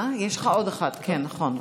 יש לך עוד אחת, כן, נכון.